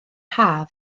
haf